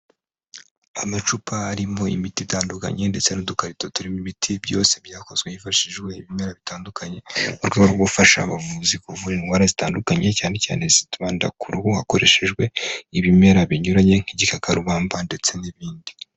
Amacupa arimo imiti itandukanye ndetse n'udukarito turimo imiti, byose byakozwe hifashishijwe ibimera bitandukanye, mu rwego rwo gufasha abavuzi kuvura indwara zitandukanye, cyane cyane zikibanda ku ruhu, hakoreshejwe ibimera binyuranye, nk'igikarubamba ndetse n'ibindi.